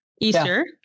Easter